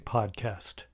Podcast